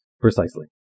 Precisely